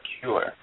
cure